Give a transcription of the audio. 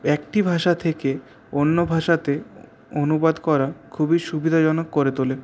একটি ভাষা থেকে অন্য ভাষাতে অনুবাদ করা খুবই সুবিধাজনক করে তোলে